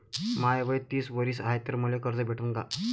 माय वय तीस वरीस हाय तर मले कर्ज भेटन का?